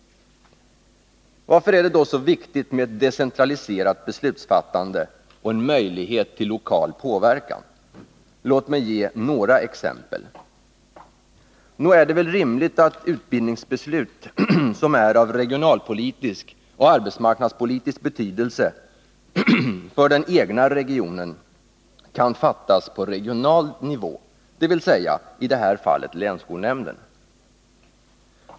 Varför är det då så viktigt med ett decentraliserat beslutsfattande och en möjlighet till lokal påverkan? Låt mig ge några exempel. Nog är det väl rimligt att utbildningsbeslut som är av regionalpolitisk och arbetsmarknadspolitisk betydelse för den egna regionen kan fattas på regional nivå, dvs. i det här fallet av länsskolnämnden.